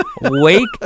Wake